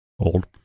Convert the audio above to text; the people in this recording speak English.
Old